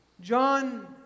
John